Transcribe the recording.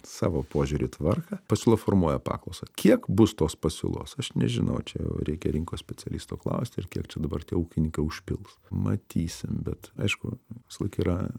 savo požiūrį į tvarką pasiūla formuoja paklausą kiek bus tos pasiūlos aš nežinau čia jau reikia rinkos specialisto klausti ir kiek čia dabar tie ūkininkai užpils matysim bet aišku visąlaik yra